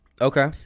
Okay